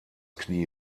knie